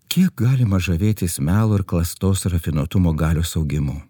kiek galima žavėtis melo ir klastos rafinuotumo galios augimu